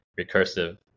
recursive